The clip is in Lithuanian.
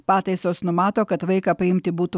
pataisos numato kad vaiką paimti būtų